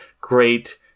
great